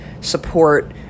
support